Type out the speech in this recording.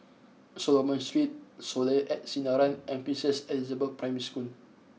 Solomon Street Soleil at Sinaran and Princess Elizabeth Primary School